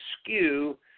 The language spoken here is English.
skew